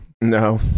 No